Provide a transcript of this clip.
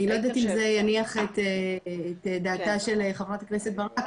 אני לא יודע אם זה יניח את דעתה של חברת הכנסת ברק,